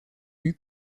eut